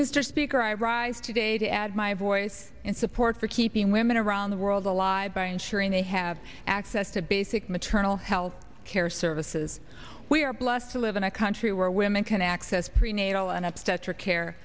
mr speaker i rise today to add my voice in support for keeping women around the world alive by ensuring they have access to basic maternal health care services we are blessed to live in a country where women can access prenatal and obstetric care